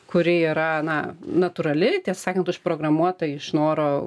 kuri yra na natūrali tiesą sakant užprogramuota iš noro